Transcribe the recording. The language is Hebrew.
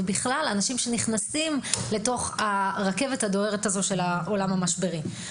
ובכלל באנשים שנכנסים לרכבת הדוהרת הזו של העולם המשברי.